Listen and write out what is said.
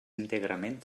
íntegrament